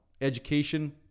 Education